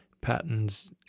patterns